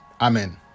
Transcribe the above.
Amen